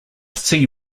sea